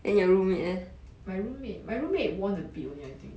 my roommate my roommate won a bit only I think